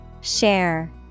Share